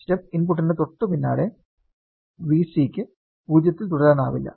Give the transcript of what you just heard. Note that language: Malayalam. സ്റ്റെപ്പ് ഇൻപുട്ടിന് തൊട്ടുപിന്നാലെ Vc ക്ക് 0 ൽ തുടരാനാവില്ല